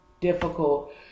difficult